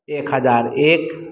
एक हजार एक